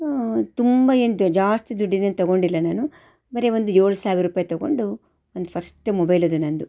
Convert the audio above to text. ತುಂಬ ಏನು ದ್ ಜಾಸ್ತಿ ದುಡ್ಡಿಂದೇನು ತೊಗೊಂಡಿಲ್ಲ ನಾನು ಬರೀ ಒಂದು ಏಳು ಸಾವಿರ ರೂಪಾಯಿ ತೊಗೊಂಡು ಒಂದು ಫರ್ಸ್ಟ್ ಮೊಬೈಲ್ ಅದು ನನ್ನದು